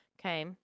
Okay